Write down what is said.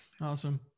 Awesome